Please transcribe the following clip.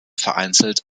vereinzelt